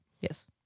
yes